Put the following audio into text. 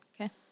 Okay